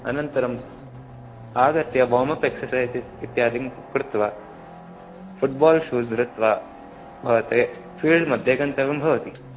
अनन्तरम् आगत्य warm up exercises इत्यादिं कृत्वा फु़ट्बाल् शूज़् दृत्वा भवते फ़ील्ड् मध्ये गन्तव्यं भवति